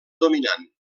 dominant